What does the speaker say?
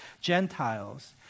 Gentiles